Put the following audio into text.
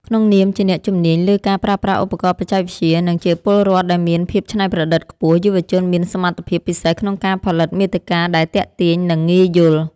ក្នុងនាមជាអ្នកជំនាញលើការប្រើប្រាស់ឧបករណ៍បច្ចេកវិទ្យា និងជាពលរដ្ឋដែលមានភាពច្នៃប្រឌិតខ្ពស់ យុវជនមានសមត្ថភាពពិសេសក្នុងការផលិតមាតិកាដែលទាក់ទាញ និងងាយយល់។